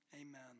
Amen